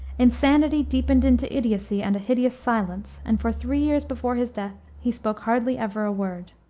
insanity deepened into idiocy and a hideous silence, and for three years before his death he spoke hardly ever a word.